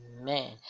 amen